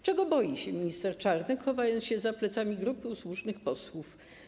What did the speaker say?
Czego boi się minister Czarnek, chowając się za plecami grupy usłużnych posłów?